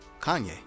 Kanye